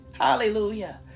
Hallelujah